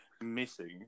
Missing